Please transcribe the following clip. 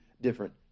different